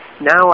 now